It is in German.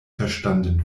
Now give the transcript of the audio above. verstanden